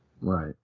Right